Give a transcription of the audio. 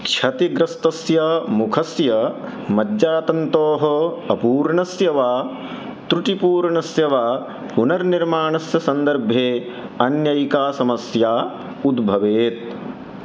क्षतिग्रस्तस्य मुखस्य मज्जातन्तोः अपूर्णस्य वा त्रुटिपूर्णस्य वा पुनर्निर्माणस्य सन्दर्भे अन्यैका समस्या उद्भवेत्